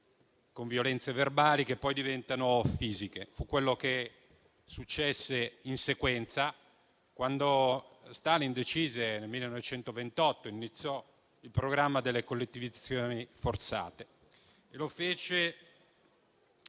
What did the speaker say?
e violenze verbali, che poi diventano fisiche. Fu quello che successe in sequenza, quando Stalin, nel 1928, decise di iniziare il programma delle collettivizzazioni forzate: